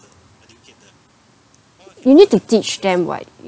you need to teach them [what]